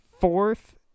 fourth